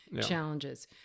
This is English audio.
challenges